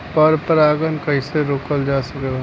पर परागन कइसे रोकल जा सकेला?